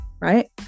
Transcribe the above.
right